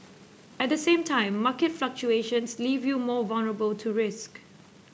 at the same time market fluctuations leave you more vulnerable to risk